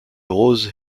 rose